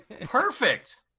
perfect